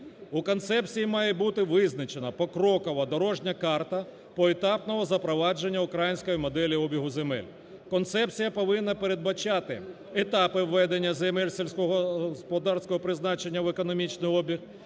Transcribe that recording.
У концепції має бути визначена покрокова дорожня карта поетапного запровадження української моделі обігу земель. Концепція повинна передбачати етапи ведення земель сільськогосподарського призначення в економічний обіг,